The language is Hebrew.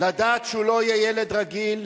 לדעת שהוא לא יהיה ילד רגיל,